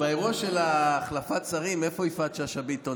באירוע של החלפת השרים, איפה יפעת שאשא ביטון?